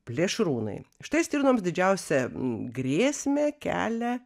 plėšrūnai štai stirnoms didžiausią grėsmę kelia